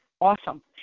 Awesome